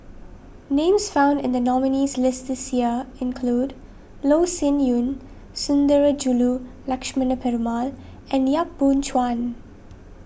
names found in the nominees' list this year include Loh Sin Yun Sundarajulu Lakshmana Perumal and Yap Boon Chuan